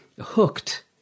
hooked